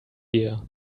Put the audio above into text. year